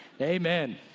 Amen